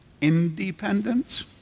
independence